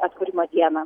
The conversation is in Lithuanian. atkūrimo dieną